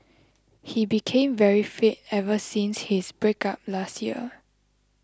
he became very fit ever since his breakup last year